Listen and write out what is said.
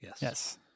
Yes